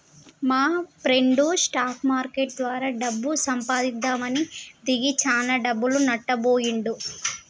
మాప్రెండు stock market ద్వారా డబ్బు సంపాదిద్దామని దిగి చానా డబ్బులు నట్టబొయ్యిండు